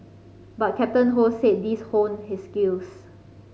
but Captain Ho said these honed his skills